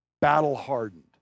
battle-hardened